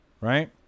right